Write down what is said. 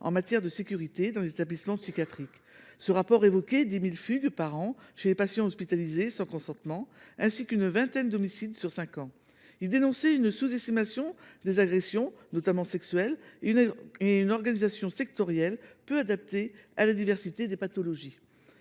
en matière de sécurité dans les établissements psychiatriques. Ce rapport évoquait le nombre de 10 000 fugues par an chez les patients hospitalisés sans consentement, ainsi qu’une vingtaine d’homicides sur cinq ans. Il dénonçait une sous estimation des agressions, notamment sexuelles, et une organisation sectorielle peu adaptée à la diversité des pathologies.